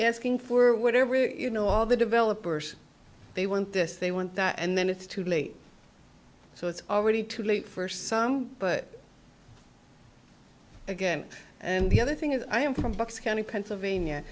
asking for whatever you know all the developers they want this they want and then it's too late so it's already too late for some but again and the other thing is i am from bucks county pennsylvania